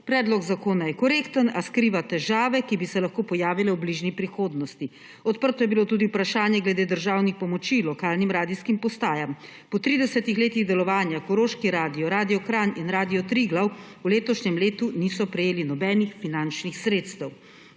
Predlog zakona je korekten, a skriva težave, ki bi se lahko pojavile v bližnji prihodnosti. Odprto je bilo tudi vprašanje glede državnih pomoči lokalnim radijskim postajam. Po tridesetih letih delovanja Koroški radio, Radio Kranj in Radio Triglav v letošnjem letu niso prejeli nobenih finančnih sredstev.